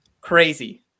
Crazy